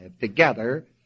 together